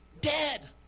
dead